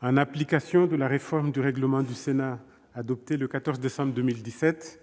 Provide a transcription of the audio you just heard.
en application de la réforme du règlement du Sénat adoptée le 14 décembre 2017,